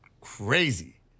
crazy